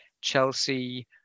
Chelsea